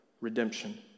redemption